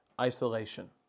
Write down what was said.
isolation